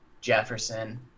jefferson